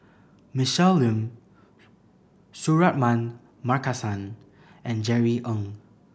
Michelle Lim Suratman Markasan and Jerry Ng